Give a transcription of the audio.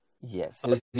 yes